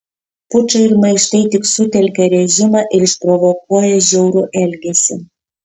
pučai ir maištai tik sutelkia režimą ir išprovokuoja žiaurų elgesį